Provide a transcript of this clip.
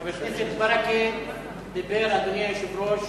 חבר הכנסת ברכה דיבר, אדוני היושב-ראש,